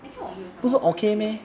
actually 我没有想到 apply school eh